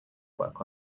work